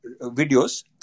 videos